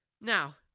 Now